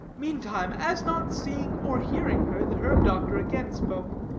meantime, as not seeing or hearing her, the herb-doctor again spoke,